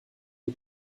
des